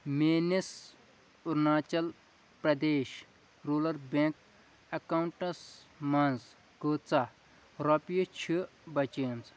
میٛٲنِس Arunachal Pradesh rural bank accounts منٛز کۭژاہ رۄپیہِ چھِ بچیٛٲمژٕ